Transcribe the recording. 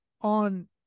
on